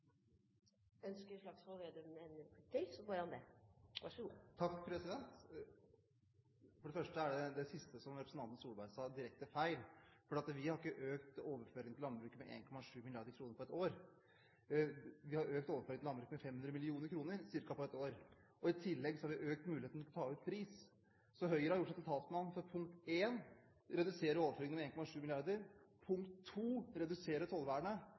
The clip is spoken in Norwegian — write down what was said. første er det siste som representanten Solberg sa, direkte feil, for vi har ikke økt overføringen til landbruket med 1,7 mrd. kr på et år. Vi har økt overføringen til landbruket med ca. 500 mill. kr på et år, og i tillegg har vi økt muligheten til å ta ut pris. Høyre har gjort seg til talsmann for, punkt én: redusere overføringene med 1,7 mrd. kr, punkt to: redusere tollvernet.